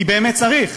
כי באמת צריך.